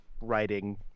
writing